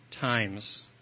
times